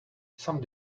some